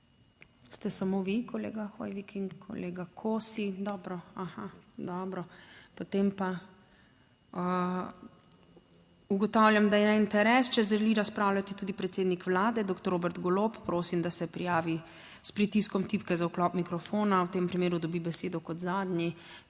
Ste samo vi, kolega Hoivik? Kolega Kosi? Dobro, potem pa ugotavljam, da je interes. Če želi razpravljati tudi predsednik Vlade doktor Robert Golob, prosim, da se prijavi s pritiskom tipke za vklop mikrofona, v tem primeru dobi besedo kot zadnji.